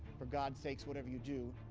for god's sakes whatever you do,